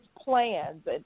plans